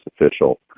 official